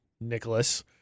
Nicholas